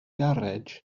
garej